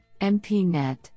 MPNet